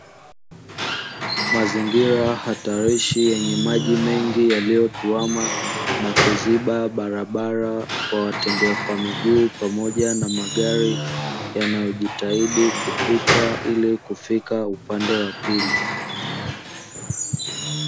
Mazingira hatarishi yenye maji mengi yaliyotuama na kuziba barabara kwa watembea kwa miguu pamoja na magari yanayojitahidi kupita ili kufika upande wa pili.